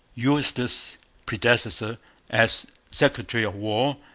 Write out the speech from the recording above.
eustis's predecessor as secretary of war,